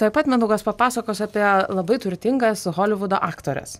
tuoj pat mindaugas papasakos apie labai turtingas holivudo aktores